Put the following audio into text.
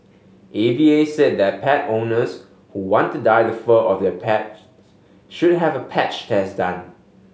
A V A said that pet owners who want to dye the fur of their pets should have a patch test done